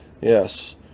Yes